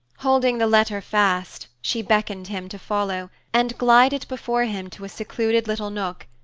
holding the letter fast, she beckoned him to follow, and glided before him to a secluded little nook,